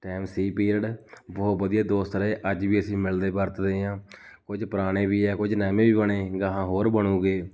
time ਸੀ period ਬਹੁਤ ਵਧੀਆ ਦੋਸਤ ਰਹੇ ਅੱਜ ਵੀ ਅਸੀਂ ਮਿਲਦੇ ਵਰਤਦੇ ਹਾਂ ਕੁਝ ਪੁਰਾਣੇ ਵੀ ਹੈ ਕੁਝ ਨਵੇਂ ਵੀ ਬਣੇ ਗਹਾਂ ਹੋਰ ਬਣਨਗੇ